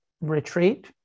retreat